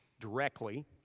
directly